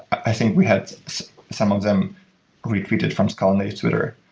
i think we had some of them retweeted from scala-native twitter.